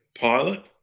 pilot